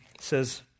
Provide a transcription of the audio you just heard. says